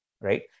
right